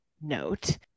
note